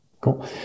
cool